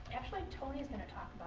actually, toni's gonna talk